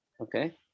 Okay